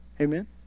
Amen